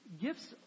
gifts